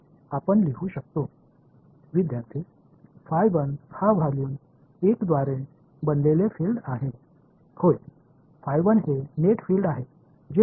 ஆமாம் நிகர புலம் என்பது ஆரம்ப கொள்ளளவு 1 கொள்ளளவு 2 இல் அதைத்தான் நாம் ஆரம்பத்தில் கருதுவோம்